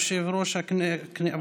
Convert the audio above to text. כן.